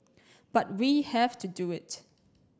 but we have to do it